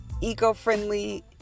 eco-friendly